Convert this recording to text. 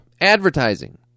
Advertising